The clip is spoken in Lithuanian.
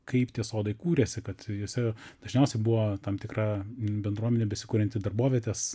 kaip tie sodai kūrėsi kad juose dažniausiai buvo tam tikra bendruomenė besikurianti darbovietės